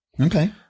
Okay